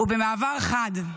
ובמעבר חד,